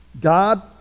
God